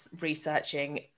researching